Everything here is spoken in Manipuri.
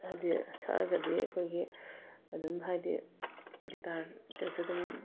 ꯍꯥꯏꯗꯤ ꯁꯛꯑꯒꯗꯤ ꯑꯩꯈꯣꯏꯒꯤ ꯑꯗꯨꯝ ꯍꯥꯏꯗꯤ ꯒꯤꯇꯔꯒꯁꯦ ꯑꯗꯨꯝ